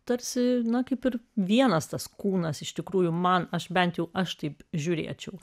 tarsi na kaip ir vienas tas kūnas iš tikrųjų man aš bent jau aš taip žiūrėčiau